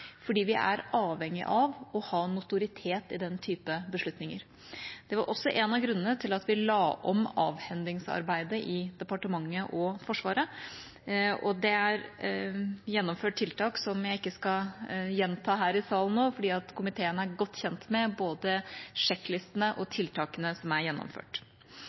fordi vi er avhengig av å ha notoritet i den typen beslutninger. Det var også en av grunnene til at vi la om avhendingsarbeidet i departementet og Forsvaret, og det er gjennomført tiltak som jeg ikke skal gjenta her i salen nå, for komiteen er godt kjent med både sjekklistene og tiltakene som er gjennomført.